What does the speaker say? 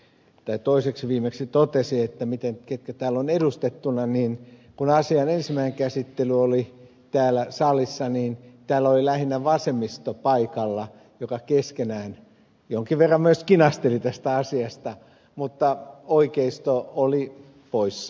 ukkola toiseksi viimeiseksi totesi siitä ketkä täällä ovat edustettuna niin kun asian ensimmäinen käsittely oli täällä salissa niin täällä oli lähinnä vasemmisto paikalla joka keskenään jonkin verran myös kinasteli tästä asiasta mutta oikeisto oli poissa